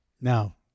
Now